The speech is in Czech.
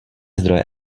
zdroje